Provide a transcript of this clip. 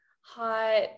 hot